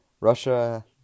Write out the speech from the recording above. Russia